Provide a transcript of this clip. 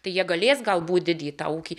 tai jie galės galbūt didyt tą ūkį